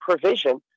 provision